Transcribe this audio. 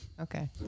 Okay